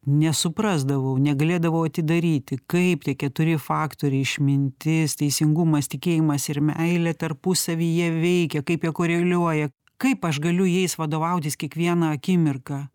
nesuprasdavau negalėdavau atidaryti kaip tie keturi faktoriai išmintis teisingumas tikėjimas ir meilė tarpusavyje veikia kaip jie koreliuoja kaip aš galiu jais vadovautis kiekvieną akimirką